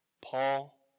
Paul